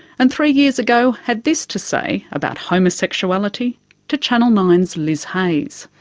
and three years ago had this to say about homosexuality to channel nine s liz hayes.